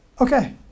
Okay